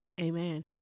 Amen